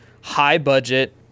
high-budget